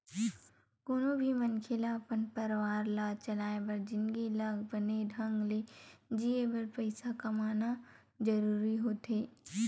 कोनो भी मनखे ल अपन परवार ला चलाय बर जिनगी ल बने ढंग ले जीए बर पइसा कमाना जरूरी होथे